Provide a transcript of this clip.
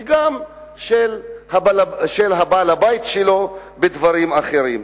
וגם של בעל-הבית שלו בדברים אחרים.